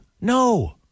No